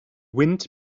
wind